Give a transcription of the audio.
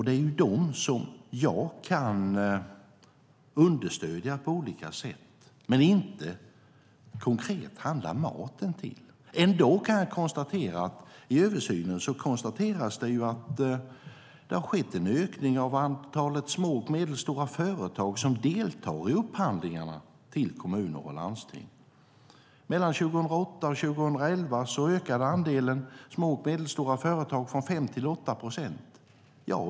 Det är dem som jag kan understödja på olika sätt men inte konkret handla maten till. I översynen konstateras det att det har varit en ökning av antalet små och medelstora företag som deltar i upphandlingarna till kommuner och landsting. Mellan 2008 och 2011 ökade andelen små och medelstora företag från 5 till 8 procent.